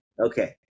Okay